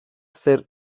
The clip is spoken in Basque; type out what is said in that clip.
zer